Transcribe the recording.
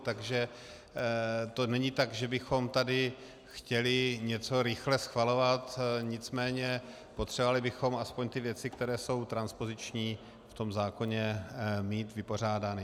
Takže to není tak, že bychom tady chtěli něco rychle schvalovat, nicméně potřebovali bychom aspoň ty věci, které jsou transpoziční, v tom zákoně mít vypořádány.